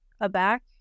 aback